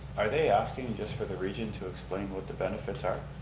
are they asking just for the region to explain what the benefits are?